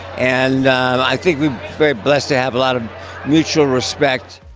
and i think we were very blessed to have a lot of mutual respect.